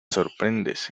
sorprendes